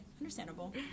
understandable